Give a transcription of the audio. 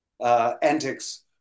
antics